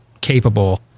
capable